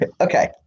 Okay